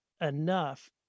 enough